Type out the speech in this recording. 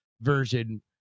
version